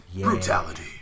Brutality